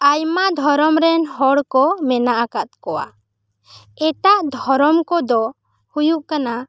ᱟᱭᱢᱟ ᱫᱷᱚᱨᱚᱢ ᱨᱮᱱ ᱦᱚᱲ ᱠᱚ ᱢᱮᱱᱟᱜ ᱟᱠᱟᱫ ᱠᱚᱣᱟ ᱮᱴᱟᱜ ᱫᱷᱚᱨᱚᱢ ᱠᱚ ᱫᱚ ᱦᱩᱭᱩᱜ ᱠᱟᱱᱟ